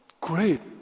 great